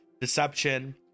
deception